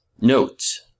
Notes